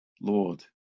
Lord